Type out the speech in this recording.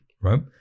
right